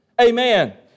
Amen